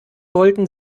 wollten